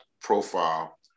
profile